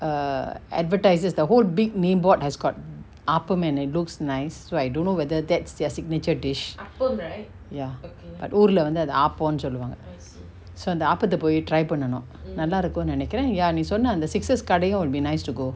err advertises the whole big main board has got appam and it looks nice so I don't know whether that's their signature dish ya but ஊர்ல வந்து அத ஆபோன்னு சொல்லுவாங்க:oorla vanthu atha aaponu solluvanga so அந்த ஆபத்த போய்:antha aapatha poy try பன்னணு நல்லா இருக்குனு நெனைகுர:pannanu nalla irukunu nenaikura ya நீ சொன்ன அந்த:nee sonna antha sixes கடயு:kadayu will be nice to go